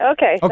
Okay